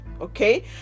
okay